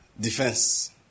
defense